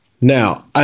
Now